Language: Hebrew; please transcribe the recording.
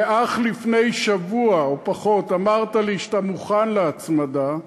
ואך לפני שבוע או פחות אמרת לי שאתה מוכן להצמדה,